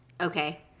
Okay